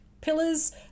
pillars